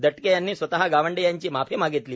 दटके यांनी स्वतः गावंडे यांची माफी मागितली